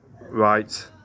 Right